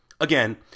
Again